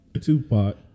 Tupac